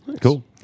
Cool